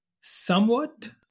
Somewhat